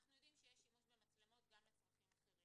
אנחנו יודעים שיש שימוש במצלמות גם לצרכים אחרים,